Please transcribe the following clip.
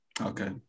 Okay